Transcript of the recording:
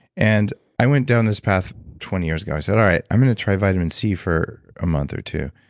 and i went down this path twenty years ago. i said, all right, i'm going to try vitamin c for a month or two.